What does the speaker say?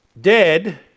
dead